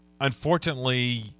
unfortunately